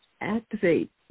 activate